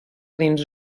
dins